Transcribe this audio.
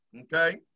okay